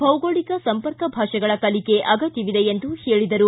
ಭೌಗೋಳಿಕ ಸಂಪರ್ಕ ಭಾಷೆಗಳ ಕಲಿಕೆ ಅಗತ್ಯವಿದೆ ಎಂದು ಹೇಳಿದರು